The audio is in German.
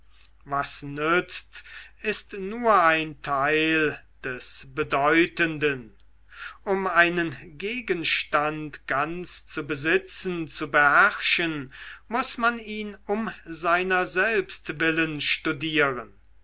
was nützt ist nur ein teil des bedeutenden um einen gegenstand ganz zu besitzen zu beherrschen muß man ihn um sein selbst willen studieren